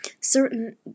certain